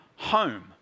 Home